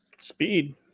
Speed